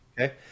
Okay